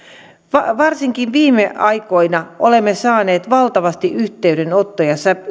varsinkin viime aikoina olemme saaneet valtavasti yhteydenottoja